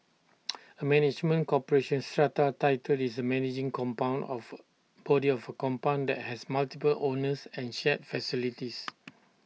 A management corporation strata title is the managing compound of body of A compound that has multiple owners and shared facilities